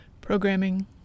programming